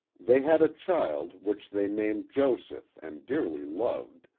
they had a child which they named joseph and dearly loved,